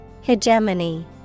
hegemony